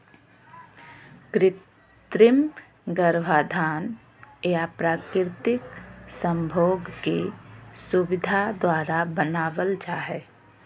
कृत्रिम गर्भाधान या प्राकृतिक संभोग की सुविधा द्वारा बनाबल जा हइ